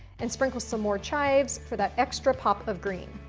and sprinkle some more chives for that extra pop of green.